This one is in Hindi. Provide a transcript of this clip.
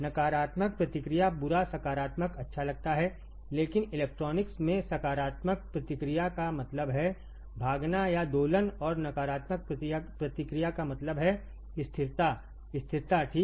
नकारात्मक प्रतिक्रिया बुरा सकारात्मक अच्छा लगता है लेकिन इलेक्ट्रॉनिक्स में सकारात्मक प्रतिक्रिया का मतलब है भागना या दोलन और नकारात्मक प्रतिक्रिया का मतलब है स्थिरतास्थिरता ठीक है